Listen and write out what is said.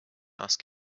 ask